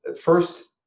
first